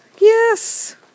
yes